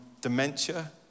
dementia